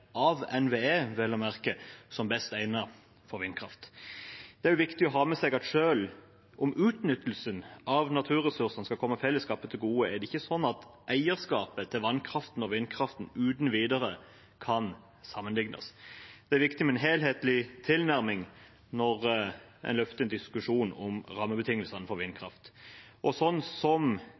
av NVE, vel å merke, som best egnet for vindkraft. Det er viktig å ha med seg at selv om utnyttelsen av naturressursene skal komme fellesskapet til gode, er det ikke sånn at eierskapet til vannkraften og vindkraften uten videre kan sammenlignes. Det er viktig med en helhetlig tilnærming når en løfter en diskusjon om rammebetingelsene for vindkraft. Som